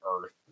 earth